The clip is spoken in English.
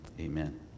amen